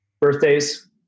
birthdays